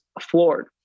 floored